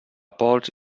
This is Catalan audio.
pols